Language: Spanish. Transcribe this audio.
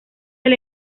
del